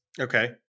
Okay